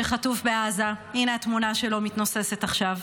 שחטוף בעזה, הינה התמונה שלו מתנוססת עכשיו.